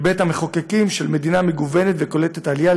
כבית המחוקקים של מדינה מגוונת וקולטת עלייה,